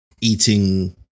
eating